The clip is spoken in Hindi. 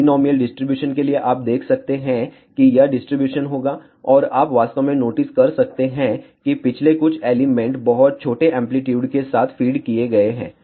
बाईनोमिअल डिस्ट्रीब्यूशन के लिए आप देख सकते हैं कि यह डिस्ट्रीब्यूशन होगा और आप वास्तव में नोटिस कर सकते हैं कि पिछले कुछ एलिमेंट बहुत छोटे एंप्लीट्यूड के साथ फीड किये गए हैं